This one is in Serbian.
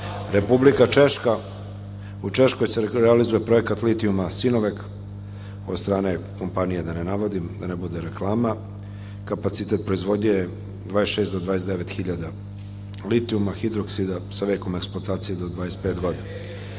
Republika Češka, u Češkoj se realizuje projekat litijuma „Sinovek“ od strane kompanije, da ne navodim, da ne bude reklama, kapacitet proizvodnje 26 do 29 hiljada litijuma, sa vekom eksploatacije do 25 godina.